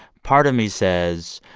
part of me says,